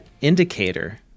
indicator